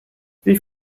wie